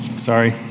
Sorry